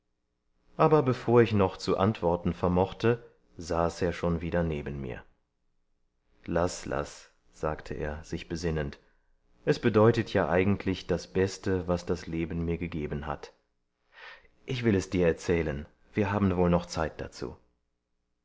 aber bevor ich noch zu antworten vermochte saß er schon wieder neben mir laß laß sagte er sich besinnend es bedeutet ja eigentlich das beste was das leben mir gegeben hat ich will es dir erzählen wir haben wohl noch zeit dazu